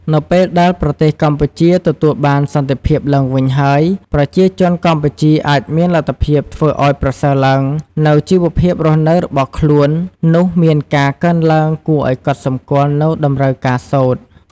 នៅពេលដែលប្រទេសកម្ពុជា ទទួលបានសន្តិភាពឡើងវិញហើយ ប្រជាជនកម្ពុជាអាចមានលទ្ធភាពធ្វើអោយប្រសើរឡើង នូវជីវភាពរស់នៅរបស់ខ្លួននោះមានការកើនឡើងគួរឱ្យកត់សម្គាល់នូវតម្រូវការសូត្រ។